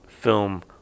film